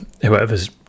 whoever's